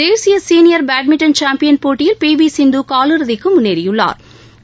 தேசிய senior badminton champion போட்டியில் P V Sindhu கால் இறுதிக்கு முன்னேறியுள்ளாா்